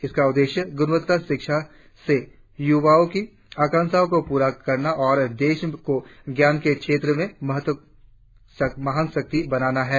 इसका उद्देश्य गुणवत्तापूर्ण शिक्षा से युवाओं की आकांक्षाओं को पूरा करना और देश को ज्ञान के क्षेत्र में महाशक्ति बनान आहै